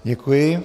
Děkuji.